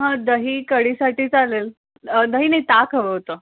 हा दही कढीसाठी चालेल दही नाही ताक हवं होतं